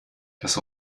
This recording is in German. das